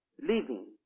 living